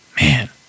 Man